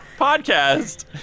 podcast